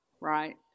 right